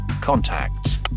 contacts